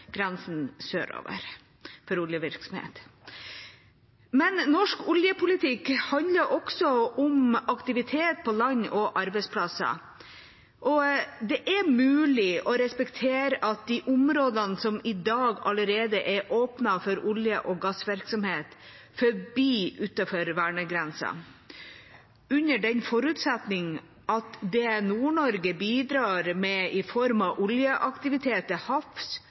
grensen sørover for oljevirksomhet. Men norsk oljepolitikk handler også om aktivitet på land og arbeidsplasser, og det er mulig å respektere at de områdene som i dag allerede er åpnet for olje- og gassvirksomhet, forblir utenfor vernegrensen – under den forutsetning at det Nord-Norge bidrar med i form av oljeaktivitet til havs,